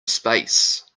space